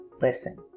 listen